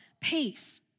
Peace